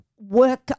work